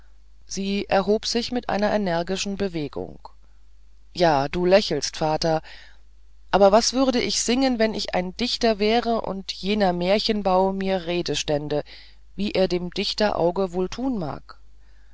sie erhob sich mit einer energischen bewegung ja du lächelst vater aber das würde ich singen wenn ich ein dichter wäre und jener märchenbau mir rede stände wie er dem dichterauge wohl tun mag